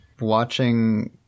watching